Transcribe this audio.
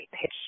pitch